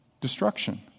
destruction